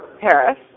Paris